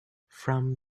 from